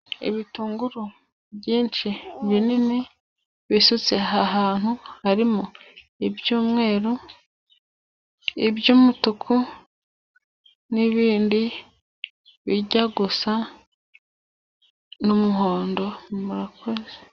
Ibitunguru byinshi binini bisutse aha hantu harimo iby'umweru ,iby'umutuku n'ibindi bijya gusa n'umuhondo murakoze.